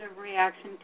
reaction